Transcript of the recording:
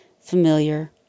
familiar